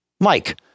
Mike